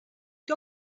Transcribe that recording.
que